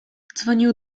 dzwonił